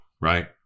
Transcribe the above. right